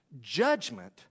judgment